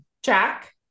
Jack